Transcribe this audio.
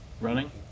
Running